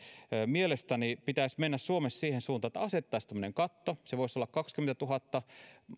mielestäni pitäisi suomessa mennä siihen suuntaan että asetettaisiin tämmöinen katto se voisi olla kaksikymmentätuhatta ehkä